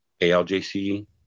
aljc